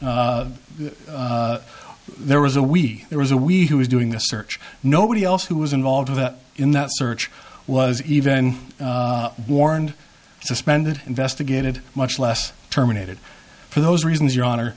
we there was a we there was a we who was doing the search nobody else who was involved in that search was even warned suspended investigated much less terminated for those reasons your hon